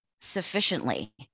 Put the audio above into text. sufficiently